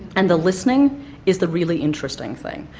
and the listening is the really interesting thing,